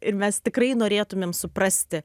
ir mes tikrai norėtumėm suprasti